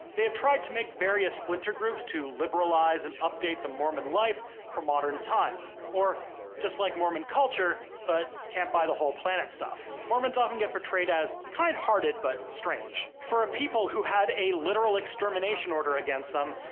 they have tried to make various splinter groups to liberalise and update the mormon life for modern times, or just like mormon culture but can't buy the whole planet stuff. mormons often get portrayed as kind-hearted, but strange. for a people who had a literal extermination order against them,